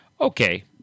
okay